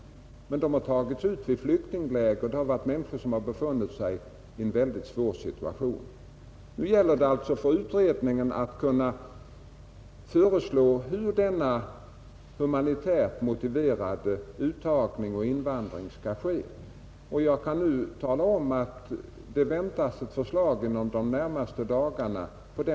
Men dessa människor har tagits ut i flyktingläger — det har varit människor som befunnit sig i en särskilt svår situation. Nu gäller det alltså för expertgruppen att föreslå hur denna humanitärt motiverade uttagning och invandring av zigenare skall ske. Jag har talat om att det väntas ett förslag inom de närmaste dagarna.